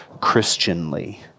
Christianly